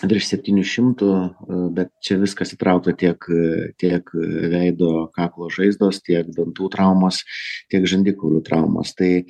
virš septynių šimtų bet čia viskas įtraukta tiek tiek veido kaklo žaizdos tiek dantų traumos tiek žandikaulių traumos tai